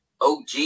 OG